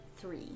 three